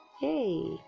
hey